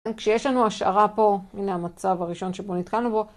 כשיש לנו השערה פה, הנה המצב הראשון שבו נתקענו בו.